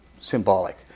symbolic